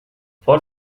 for